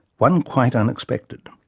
one quite unexpected.